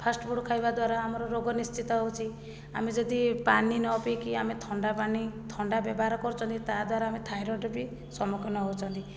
fast food ଖାଇବା ଦ୍ଵାରା ଆମର ରୋଗ ନିଶ୍ଚିତ ହେଉଛି ଆମେ ଯଦି ପାଣି ନ ପିଇକି ଆମେ ଥଣ୍ଡା ପାଣି ଥଣ୍ଡା ବ୍ୟବହାର କରୁଛନ୍ତି ତାଦ୍ୱାରା ଆମେ ଥାଇରଏଡ଼୍ ବି ସମ୍ମୁଖୀନ ହେଉଛନ୍ତି